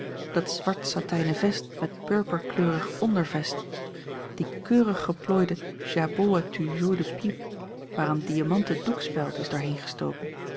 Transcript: dat zwart satijnen vest met purperkleurig ondervest dien keurig geplooiden jabot à tuyaux de pipes waar een diamanten doekspel is doorheen gestoken